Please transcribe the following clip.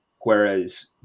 whereas